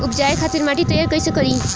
उपजाये खातिर माटी तैयारी कइसे करी?